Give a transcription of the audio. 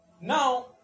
now